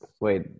Wait